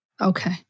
Okay